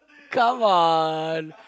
come on